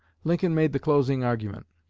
lincoln made the closing argument.